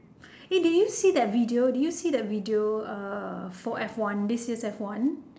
eh did you see that video did you see that video uh for F one this year's F one